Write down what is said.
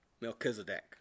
Melchizedek